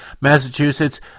Massachusetts